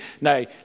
Now